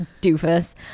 doofus